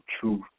Truth